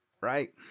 right